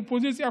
אופוזיציה,